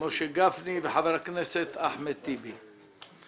משה גפני ואחמד טיבי.